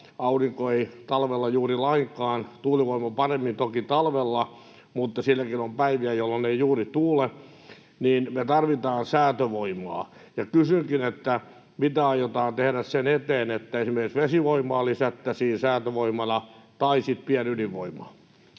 Aurinko ei talvella tuota juuri lainkaan, tuulivoima paremmin toki talvella, mutta silloinkin on päiviä, jolloin ei juuri tuule. Ja kysynkin: Mitä aiotaan tehdä sen eteen, että lisättäisiin säätövoimana esimerkiksi vesivoimaa tai sitten pienydinvoimaa?